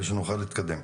ושנוכל להתקדם.